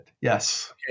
Yes